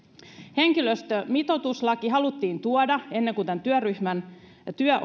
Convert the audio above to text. henkilöstömitoituslaki haluttiin tuoda ennen kuin tämän työryhmän työ